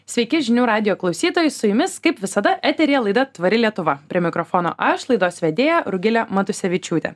sveiki žinių radijo klausytojai su jumis kaip visada eteryje laida tvari lietuva prie mikrofono aš laidos vedėja rugilė matusevičiūtė